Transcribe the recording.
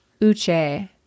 Uche